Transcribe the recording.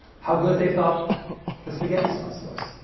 how good they thought the spaghetti sauce was.